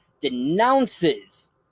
denounces